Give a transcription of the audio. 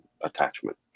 attachment